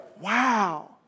wow